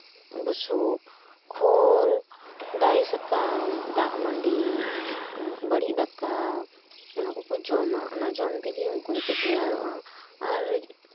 ᱵᱩᱥᱩᱵ ᱠᱷᱳᱞ ᱫᱟᱨᱮ ᱥᱟᱠᱟᱢ ᱫᱟᱜ ᱢᱟᱹᱰᱤ ᱵᱟᱹᱲᱤᱡ ᱫᱟᱠᱟ ᱚᱱᱟ ᱠᱚᱠᱚ ᱡᱚᱢᱟ ᱚᱱᱟ ᱡᱚᱢ ᱛᱮᱜᱮ ᱩᱱᱠᱩ ᱫᱚᱠᱚ ᱛᱮᱭᱟᱨᱚᱜᱼᱟ ᱟᱨ